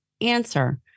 answer